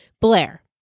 Blair